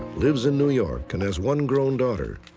lives in new york, and has one grown daughter.